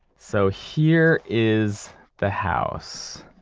so here is the house,